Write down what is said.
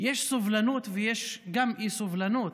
יש סובלנות ויש גם אי-סובלנות.